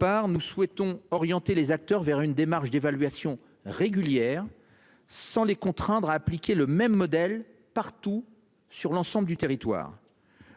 ailleurs, nous souhaitons orienter les acteurs vers une démarche d'évaluation régulière, sans les contraindre à appliquer le même modèle partout sur l'ensemble du territoire.